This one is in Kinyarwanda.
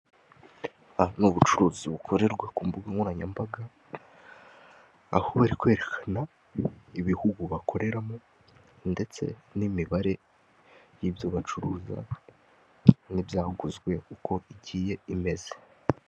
Ubu n'ubucuruzi bukorerwa ku mbugankoranyambaga, aho bari kwerekana ibihugu bakoreramo ndetse n'umubare w'ibyo bacuruza n'ibyaguzwe uko igiye imeze.